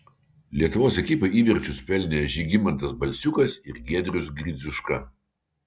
lietuvos ekipai įvarčius pelnė žygimantas balsiukas ir giedrius gridziuška